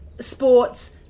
sports